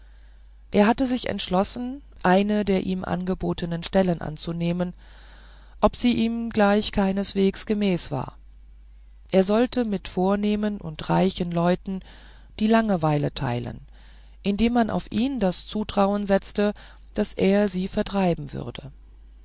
er hatte sich entschlossen eine der ihm angebotenen stellen anzunehmen ob sie ihm gleich keineswegs gemäß war er sollte mit vornehmen und reichen leuten die langeweile teilen indem man auf ihn das zutrauen setzte daß er sie vertreiben würde